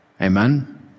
Amen